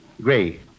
Gray